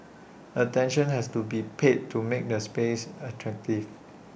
attention has to be paid to make the space attractive